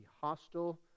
hostile